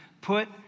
Put